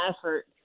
effort